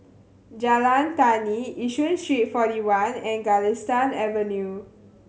Jalan Tani Yishun Street Forty One and Galistan Avenue